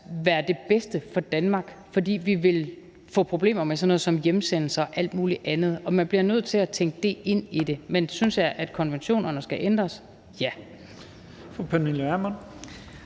være det bedste for Danmark, for vi ville få problemer med sådan noget som hjemsendelser og alt muligt andet, og man bliver nødt til at tænke det ind i det. Men synes jeg, at konventionerne skal ændres? Ja.